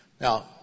Now